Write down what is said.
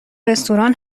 رستوران